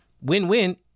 win-win